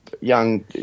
young